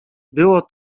było